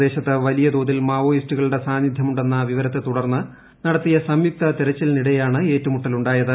പ്രദേശത്ത് വലിയതോതിൽ മാവോയിസ്റ്റുകളുടെ സാന്നിധ്യമുണ്ടെന്ന വിവരത്തെ തുടർന്ന് നടത്തിയ് സംയുക്ത തെരച്ചിലിനിടെയാണ് ഏറ്റുമുട്ടലുണ്ടായത്